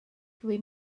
dwi